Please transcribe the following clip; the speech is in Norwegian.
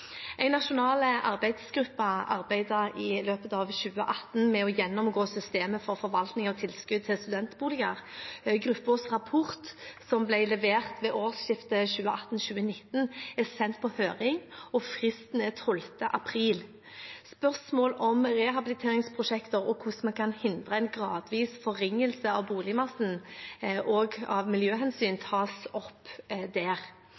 nasjonal arbeidsgruppe arbeidet i løpet av 2018 med å gjennomgå systemet for forvaltning av tilskudd til studentboligbygging. Gruppens rapport, som ble levert ved årsskiftet 2018/2019, er sendt på høring, og fristen er 12. april. Spørsmål om rehabiliteringsprosjekter og hvordan man kan hindre en gradvis forringelse av boligmassen, også av miljøhensyn, tas opp der.